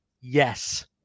yes